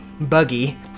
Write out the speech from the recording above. buggy